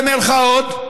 במירכאות: